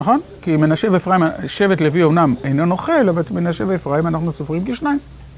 נכון? כי מנשה ואפרים... שבט לוי אומנם אינו נוחל, אבל אצ מנשה ואפרים אנחנו סופרים כשניים.